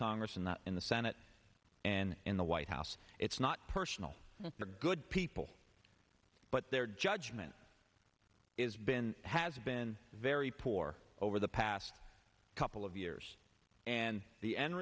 congress and that in the senate and in the white house it's not personal they're good people but their judgment is been has been very poor over the past couple of years and the end